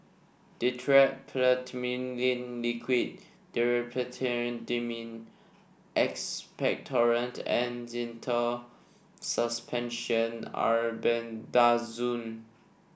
Dimetapp Phenylephrine Liquid Diphenhydramine Expectorant and Zental Suspension Albendazole